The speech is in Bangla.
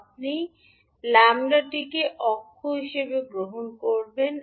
আপনি 𝜆 টিকে অক্ষ হিসাবে গ্রহণ করবেন